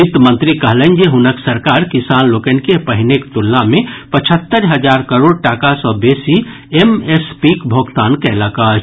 वित्त मंत्री कहलनि जे हुनक सरकार किसान लोकनि के पहिनेक तुलना मे पचहत्तरि हजार करोड़ टाका सॅ बेसी एमएसपीक भोगतान कयलक अछि